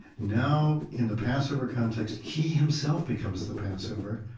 now, in the passover context, he himself becomes the passover,